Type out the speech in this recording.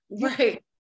right